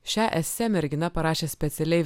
šią esė mergina parašė specialiai